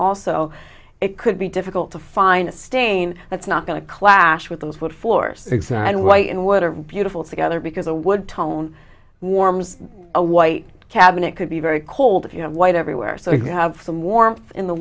also it could be difficult to find a stain that's not going to clash with those wood floors exact and white and what a beautiful together because a wood tone warms a white cabinet could be very cold if you know white everywhere so you have some warmth in the